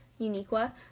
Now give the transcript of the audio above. Uniqua